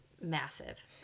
massive